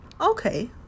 okay